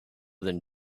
than